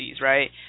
right